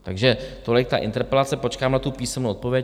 Takže tolik ta interpelace, počkám na písemnou odpověď.